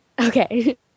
Okay